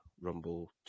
rumble